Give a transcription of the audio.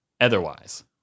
otherwise